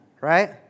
right